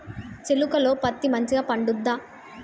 చేలుక లో పత్తి మంచిగా పండుద్దా?